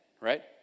right